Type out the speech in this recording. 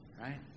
right